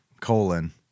colon